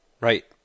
Right